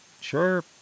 sure